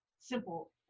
simple